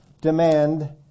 demand